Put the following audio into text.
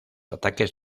ataques